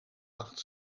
wacht